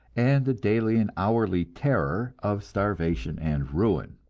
and the daily and hourly terror of starvation and ruin.